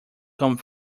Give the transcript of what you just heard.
come